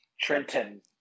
Trenton